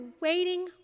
waiting